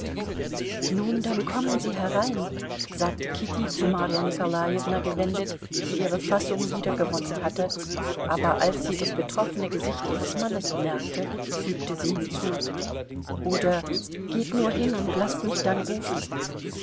nun dann kommen sie herein sagte kitty zu marja nikolajewna gewendet die ihre fassung wiedergewonnen hatte aber als sie das betroffene gesicht ihres mannes bemerkte fügte sie hinzu oder geht nur hin und laßt mich dann rufen